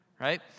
right